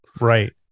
right